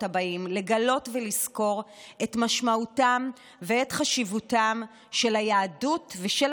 הבאים לגלות ולזכור את משמעותן ואת חשיבותן של היהדות ושל